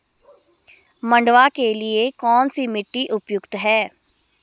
मंडुवा के लिए कौन सी मिट्टी उपयुक्त है?